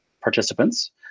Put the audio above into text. participants